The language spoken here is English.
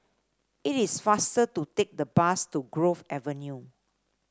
it is faster to take the bus to Grove Avenue